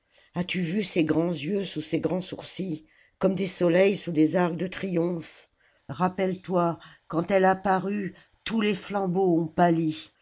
as-tu vu ses grands yeux sous ses grands sourcils comme des soleils sous des arcs de triomphe rappelle-toi quand elle a paru tous les flambeaux ont pâli